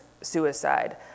suicide